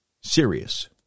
serious